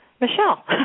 Michelle